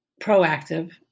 proactive